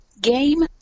game